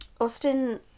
Austin